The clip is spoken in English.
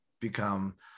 become